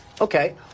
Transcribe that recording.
Okay